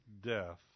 death